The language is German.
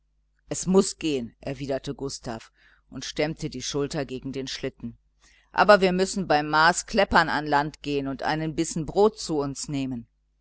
es muß gehen erwiderte gustav und stemmte die schulter gegen den schlitten aber wir müssen bei maaskläppan an land gehen und einen bissen brot zu uns nehmen